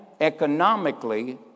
economically